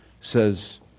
says